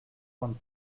vingt